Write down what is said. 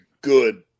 good